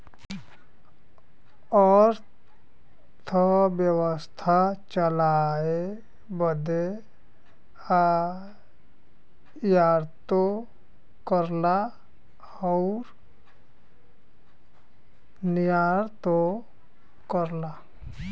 अरथबेवसथा चलाए बदे आयातो करला अउर निर्यातो करला